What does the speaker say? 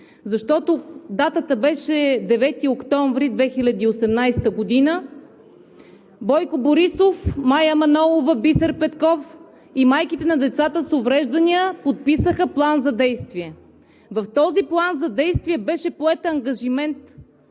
защото датата беше 9 октомври 2018 г. – Бойко Борисов, Мая Манолова, Бисер Петков и майките на децата с увреждания подписаха План за действие. В този План за действие беше поет ангажимент